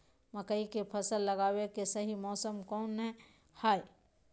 मकई के फसल लगावे के सही मौसम कौन हाय?